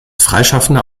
freischaffender